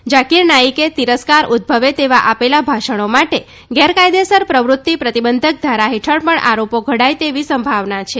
ઝકીર નાઇકે તિરસ્કાર ઉદભવે તેવા આપેલા ભાષણી માટે ગેરકાયદેસર પ્રવૃત્તિ પ્રતિબંધક દ્વારા હેઠળ પણ આરોપો ઘડાય તેવી સંભાવના છે